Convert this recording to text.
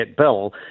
bill